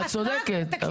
את צודקת.